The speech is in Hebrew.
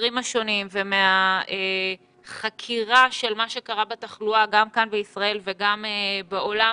מהמחקרים השונים ומהחקירה של מה שקרה בתחלואה גם כאן בישראל וגם בעולם,